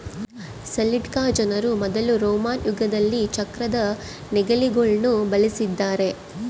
Celtic ಜನರು ಮೊದಲು Roman ಯುಗದಲ್ಲಿ ಚಕ್ರದ ನೇಗಿಲುಗುಳ್ನ ಬಳಸಿದ್ದಾರೆ